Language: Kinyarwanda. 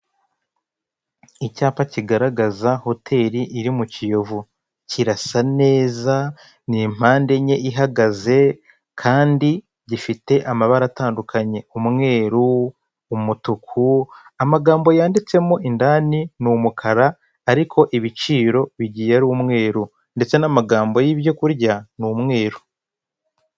Icyapa kigaragaza hoteli iri ku Kiyovu. Kirasa neza, ni mpande enye ihagaze, kandi gifite amabara atandukanye; umweru, umutuku, amagambo yanditsemo i ndani ni umukara, ariko ibiciro bigiye ari umweru. Ndetse n'amagambo y'ibyo kurya ni umweru.